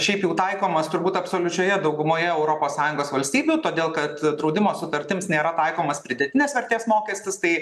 šiaip jau taikomas turbūt absoliučioje daugumoje europos sąjungos valstybių todėl kad draudimo sutartims nėra taikomas pridėtinės vertės mokestis tai